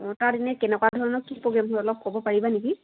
অঁ তাত এনেকুৱা ধৰণৰ কি প্ৰগ্ৰেম হয় অলপ ক'ব পাৰিবা নেকি